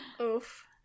Oof